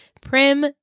Prim